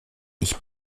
ich